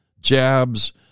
jabs